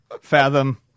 Fathom